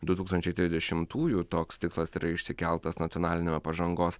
du tūkstančiai trisdešimtųjų toks tikslas yra išsikeltas nacionaliniame pažangos